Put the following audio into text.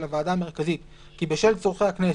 הוועדה המרכזית כי בשל צורכי הכנסת,